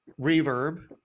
Reverb